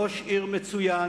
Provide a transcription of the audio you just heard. ראש עיר מצוין,